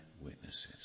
witnesses